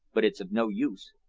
but it's of no use.